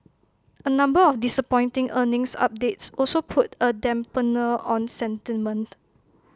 A number of disappointing earnings updates also put A dampener on sentiment